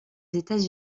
états